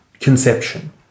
conception